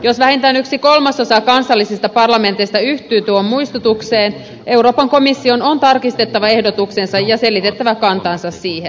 jos vähintään yksi kolmasosa kansallisista parlamenteista yhtyy tuohon muistutukseen euroopan komission on tarkistettava ehdotuksensa ja selitettävä kantansa siihen